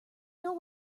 know